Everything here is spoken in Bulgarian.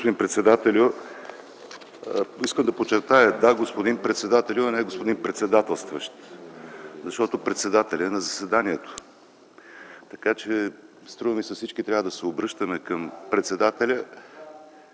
господин председателю. Искам да подчертая – да, „господин председателю”, а не „господин председателстващ”! Защото той е председател на заседанието, така че ми се струва, че всички трябва да се обръщаме към председателя